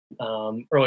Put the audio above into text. Early